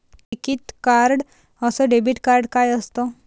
टिकीत कार्ड अस debit card काय असत?